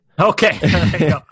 Okay